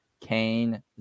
Kane